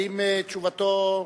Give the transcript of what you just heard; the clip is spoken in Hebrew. האם תשובתו,